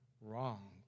wrong